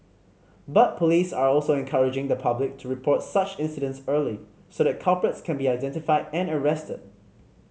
but police are also encouraging the public to report such incidents early so that culprits can be identified and arrested